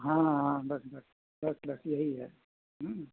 हाँ हाँ बस बस बस बस यही है हाँ